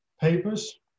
papers